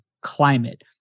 climate